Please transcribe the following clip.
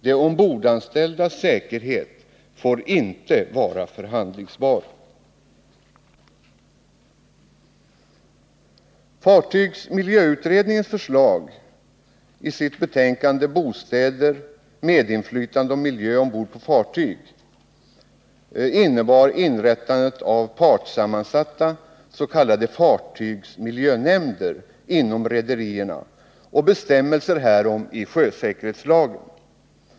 De ombordanställdas säkerhet 22 november 1979 får inte vara förhandlingsbar.” Fartygsmiljöutredningen föreslog i sitt betänkande Bostäder, medinflytande och miljö ombord på fartyg inrättandet av partsammansatta s.k. fartygsmiljönämnder inom rederierna och bestämmelser härom i sjösäkerhetslagen.